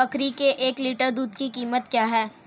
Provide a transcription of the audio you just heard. बकरी के एक लीटर दूध की कीमत क्या है?